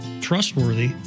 trustworthy